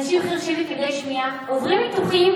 אנשים חירשים וכבדי שמיעה עוברים ניתוחים